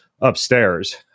upstairs